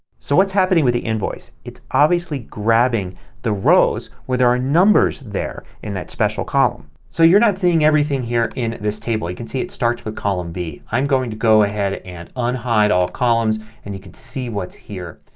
so what's happening with the invoice. it's obviously grabbing the rows where there are numbers there in that special column. so you're not seeing everything here in this table. you can see it starts with column b. i'm going to go ahead and unhide all columns and you can see what's here.